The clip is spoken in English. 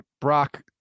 Brock